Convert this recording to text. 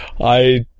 I-